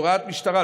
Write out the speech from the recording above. הוראת משטרה,